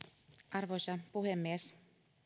arvoisa puhemies